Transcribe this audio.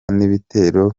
n’ibitero